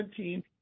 17